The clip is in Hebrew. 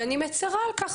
ואני מצרה על כך.